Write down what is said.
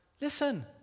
Listen